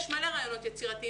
יש מלא רעיונות יצירתיים,